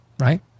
right